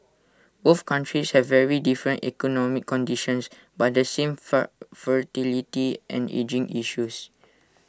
both countries have very different economic conditions but the same far fertility and ageing issues